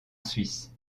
suisse